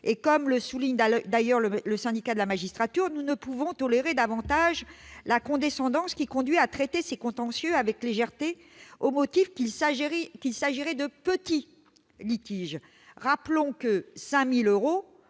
et comme le souligne d'ailleurs le Syndicat de la magistrature, nous ne pouvons tolérer davantage la condescendance qui conduit à traiter ces contentieux avec légèreté au motif qu'il s'agirait de « petits » litiges. Rappelons qu'une somme